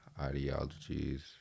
ideologies